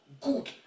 good